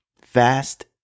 Fast